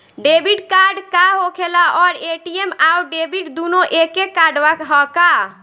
Debit card का होखेला और ए.टी.एम आउर डेबिट दुनों एके कार्डवा ह का?